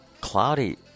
Cloudy